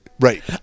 Right